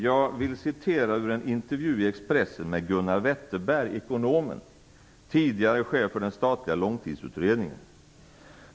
Jag vill citera ur en intervju i Expressen med ekonomen Gunnar Wetterberg, tidigare chef för den statliga Långtidsutredningen.